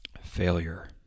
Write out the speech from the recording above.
failure